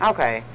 Okay